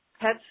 Pets